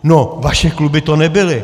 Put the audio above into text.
No vaše kluby to nebyly.